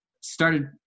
started